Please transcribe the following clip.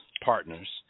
partners